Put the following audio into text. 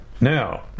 now